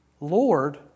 Lord